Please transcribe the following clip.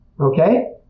Okay